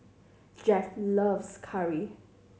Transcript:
Jeff loves curry